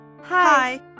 Hi